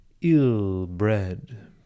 ill-bred